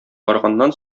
барганнан